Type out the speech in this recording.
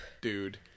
dude